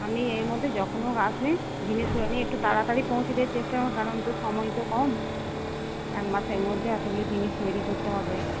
আপনি এর মধ্যে যখন হোক আসবেন জিনিসগুলো নিয়ে একটু তাড়াতাড়ি পৌঁছে দেওয়ার চেষ্টা কারণ তো সময় তো কম এক মাসের মধ্যে এতগুলো জিনিস তৈরি করতে হবে